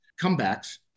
comebacks